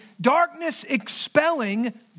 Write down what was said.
darkness-expelling